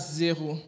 zero